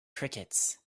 crickets